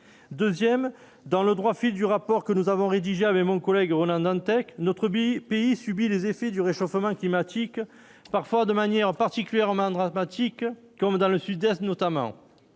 2ème dans le droit fil du rapport que nous avons rédigé avec mon collègue Ronan Dantec, notre pays pays subit les effets du réchauffement climatique, parfois de manière particulièrement dramatiques comme dans le Sud-Est, notamment